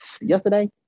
yesterday